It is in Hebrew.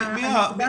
העיניים.